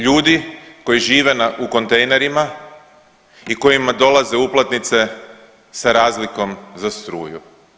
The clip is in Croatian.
Ljudi koji žive u kontejnerima i kojima dolaze uplatnice sa razlikom za struju.